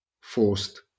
forced